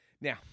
Now